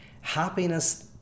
happiness